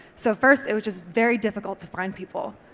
so first, it was just very difficult to find people,